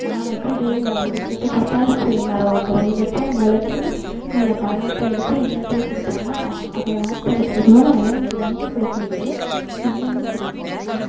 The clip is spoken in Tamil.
நான் வைச்சது அப்படின்னு சொல்லிட்டு பப்பாளி செ மரம் ஒரு தடவை வைச்சேன் முளைச்சி அதில் பழத்தை எடுத்து எங்கள்கிட்டே கொடுத்தாங்க அப்போ ஹாஸ்டலில் படிக்கும்போது அதெலாம் எனக்கு ரொம்ப பிடிச்சிருந்தது ரொம்ப ரொம்ப பிடிக்கும் எனக்கு